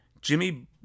Jimmy